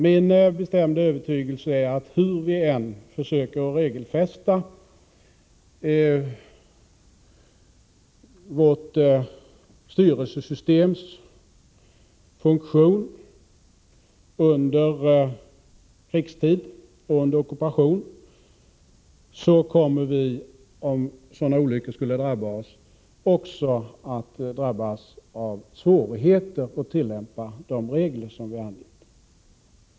Min bestämda övertygelse är att hur vi än försöker regelfästa vårt styrelsesystems funktion under krigstid och ockupation kommer vi — om sådana olyckor skulle drabba oss — att få svårigheter att tillämpa de regler som vi har angett.